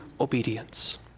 obedience